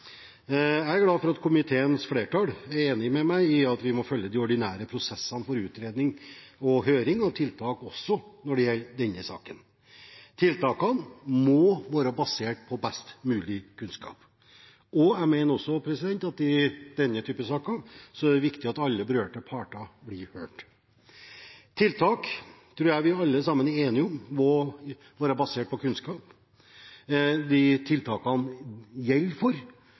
Jeg er glad for at komiteens flertall er enig med meg i at vi må følge de ordinære prosessene for utredning og høring og tiltak, også når det gjelder denne saken. Tiltakene må være basert på best mulig kunnskap, og jeg mener at i denne type saker er det viktig at alle berørte parter blir hørt. Jeg tror vi alle sammen er enige om at tiltak må være basert på kunnskap, og at dem som tiltakene gjelder for,